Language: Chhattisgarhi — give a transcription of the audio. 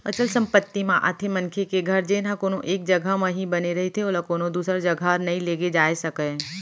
अचल संपत्ति म आथे मनखे के घर जेनहा कोनो एक जघा म ही बने रहिथे ओला कोनो दूसर जघा नइ लेगे जाय सकय